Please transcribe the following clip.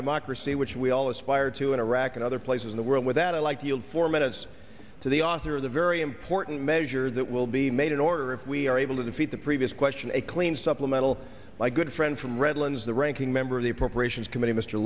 democracy which we all aspire to in iraq and other places in the world without a like yield for a menace to the author of the very important measures that will be made in order if we are able to defeat the previous question a clean supplemental like good friend from redlands the ranking member of the appropriations committee mr